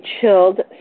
chilled